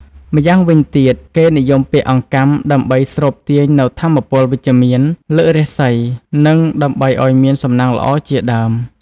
ម្យ៉ាងវិញទៀតគេនិយមពាក់អង្កាំដើម្បីស្រូបទាញនូវថាមពលវិជ្ជមាន លើករាសីនិងដើម្បីឲ្យមានសំណាងល្អជាដើម។